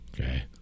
Okay